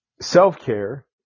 Self-care